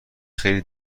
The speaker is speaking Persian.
خیلی